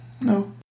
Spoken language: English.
No